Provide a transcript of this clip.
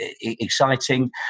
exciting